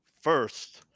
first